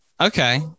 okay